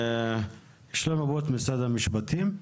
יש לנו את משרד המשפטים?